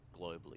globally